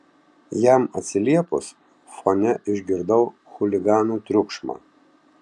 jam atsiliepus fone išgirdau chuliganų triukšmą